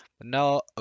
Now